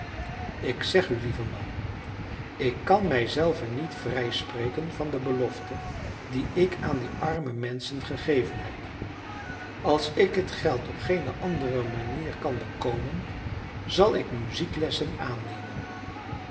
ik zeg u lieve man ik kan mij zelve niet vrijspreken van de belofte die ik aan die arme menschen gegeven heb als ik het geld op geene andere manier kan bekomen zal ik muzieklessen aannemen